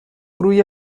روی